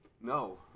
No